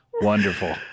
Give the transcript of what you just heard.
Wonderful